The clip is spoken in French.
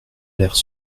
l’ère